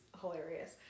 hilarious